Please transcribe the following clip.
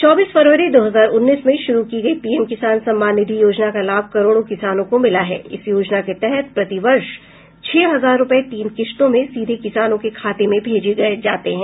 चौबीस फरवरी दो हजार उन्नीस में शुरू की गई पीएम किसान सम्मान निधि योजना का लाभ करोड़ों किसानों को मिला है इस योजना के तहत प्रतिवर्ष छह हजार रुपये तीन किश्तों में सीधे किसानों के खाते में भेजे जाते हैं